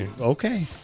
Okay